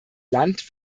land